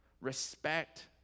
Respect